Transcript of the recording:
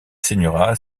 signera